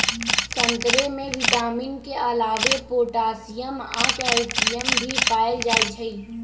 संतरे में विटामिन के अलावे पोटासियम आ कैल्सियम भी पाएल जाई छई